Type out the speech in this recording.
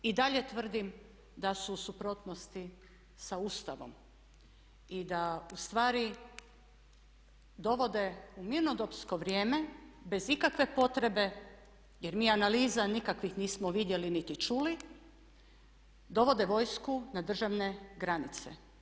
I dalje tvrdim da su u suprotnosti sa Ustavom i da u stvari dovode u mirnodopsko vrijeme bez ikakve potrebe jer mi analiza nikakvih nismo vidjeli, niti čuli, dovode vojsku na državne granice.